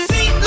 See